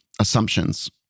assumptions